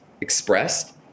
expressed